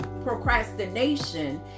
procrastination